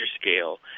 scale